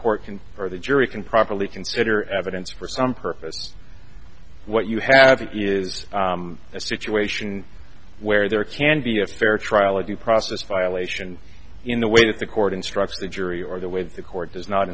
can or the jury can properly consider evidence for some purpose what you have is a situation where there can be a fair trial a due process violation in the way that the court instructs the jury or the with the court does not